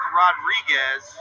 rodriguez